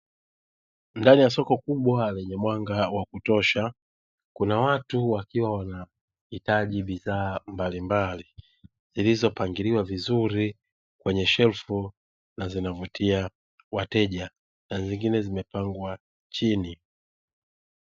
Ndani ya soko kubwa lenye mwanga wa kutosha kuna watu wakiwa wanahitaji bidhaa mbalimbali, zilizopangiliwa vizuri kwenye shelfu na zinavutia wateja na zingine zimepangwa chini.